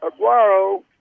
Aguero